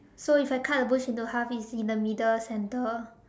so if I cut the bush into half it's in the middle center